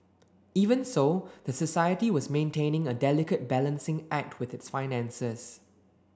even so the society was maintaining a delicate balancing act with its finances